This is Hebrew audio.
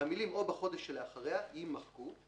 המילים "או בחודש שלאחריה" - יימחקו;